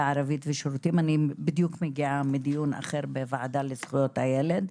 הערבית אני בדיוק מגיעה מדיון אחר בוועדה לזכויות הילד.